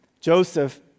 Joseph